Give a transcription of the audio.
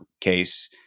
case